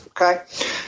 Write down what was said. Okay